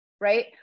right